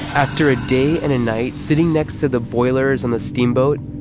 after a day and a night sitting next to the boilers on the steamboat,